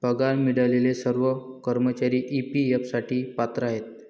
पगार मिळालेले सर्व कर्मचारी ई.पी.एफ साठी पात्र आहेत